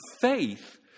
faith